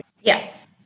Yes